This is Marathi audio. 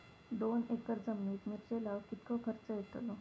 दोन एकर जमिनीत मिरचे लाऊक कितको खर्च यातलो?